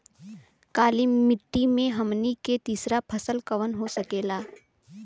काली मिट्टी में हमनी के तीसरा फसल कवन हो सकेला?